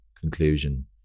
conclusion